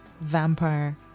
Vampire